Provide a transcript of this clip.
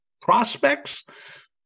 prospects